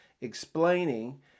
explaining